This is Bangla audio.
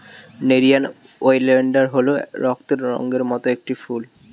নেরিয়াম ওলিয়েনডার হল রক্তের রঙের মত একটি ফুল